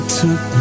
took